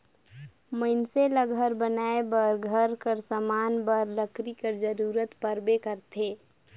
मइनसे ल घर बनाए बर, घर कर समान बर लकरी कर जरूरत परबे करथे